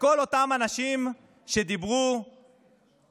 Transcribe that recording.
וכל אותם אנשים שדיברו גבוהה-גבוהה,